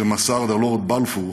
שמסר הלורד בלפור